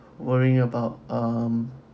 worrying about um